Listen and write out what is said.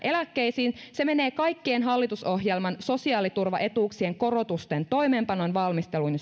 eläkkeisiin se menee kaikkien hallitusohjelman sosiaaliturvaetuuksien korotusten toimeenpanon valmisteluun